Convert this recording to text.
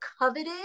coveted